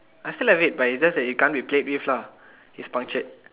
I still have it but it's just that it can't be played with lah it's punctured